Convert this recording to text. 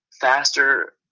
faster